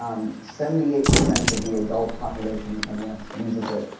um seventy eight percent of the adult population in kenya uses it,